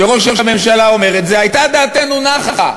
שראש הממשלה אומר את זה, הייתה דעתנו נחה.